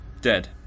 Dead